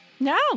No